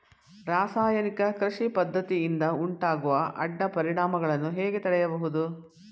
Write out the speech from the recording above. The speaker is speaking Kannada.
ರಾಸಾಯನಿಕ ಕೃಷಿ ಪದ್ದತಿಯಿಂದ ಉಂಟಾಗುವ ಅಡ್ಡ ಪರಿಣಾಮಗಳನ್ನು ಹೇಗೆ ತಡೆಯಬಹುದು?